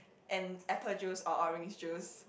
and apple juice or orange juice